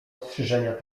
strzyżenia